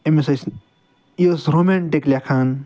أمس ٲسۍ یہ ٲس رومینٹِک لیٚکھان